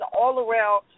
all-around